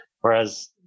Whereas